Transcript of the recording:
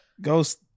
Ghost